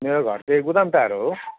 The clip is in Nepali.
मेरो घर चाहिँ गोदामटार हो